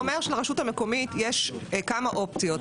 זה אומר שלרשות המקומית יש כמה אופציות.